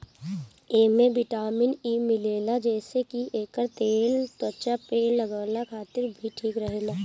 एमे vitamin E मिलेला जेसे की एकर तेल त्वचा पे लगवला खातिर भी ठीक रहेला